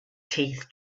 teeth